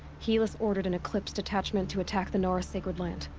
helis ordered an eclipse detachment to attack the nora sacred land.